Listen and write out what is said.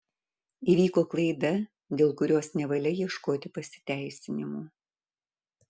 įvyko klaida dėl kurios nevalia ieškoti pasiteisinimų